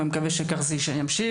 ואני מקווה שכך זה ימשיך,